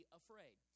afraid